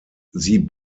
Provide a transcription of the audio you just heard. sie